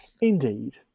Indeed